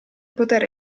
poter